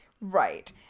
Right